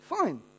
fine